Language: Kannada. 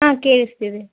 ಹಾಂ ಕೇಳಿಸ್ತಿದೆ